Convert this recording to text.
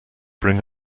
bring